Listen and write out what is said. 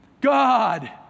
God